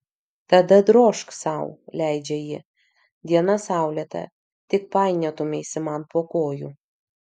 tada drožk sau leidžia ji diena saulėta tik painiotumeisi man po kojų